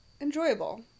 enjoyable